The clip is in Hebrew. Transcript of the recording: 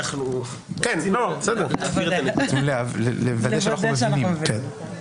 רצינו לוודא שאנחנו מבינים.